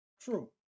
True